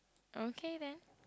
okay then